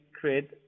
create